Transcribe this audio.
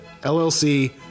LLC